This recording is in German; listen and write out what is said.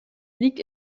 liegt